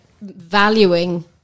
valuing